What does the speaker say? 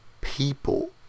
people